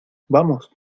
vamos